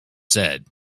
said